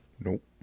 Nope